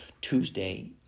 Tuesday